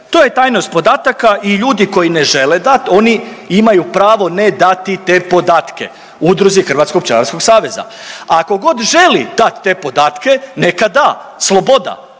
to je tajnost podataka i ljudi koji ne žele dat, oni imaju pravo ne dati te podatke udruzi Hrvatskog pčelarskog saveza. A ko god želi dat te podatke neka da, sloboda,